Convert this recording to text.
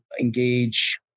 engage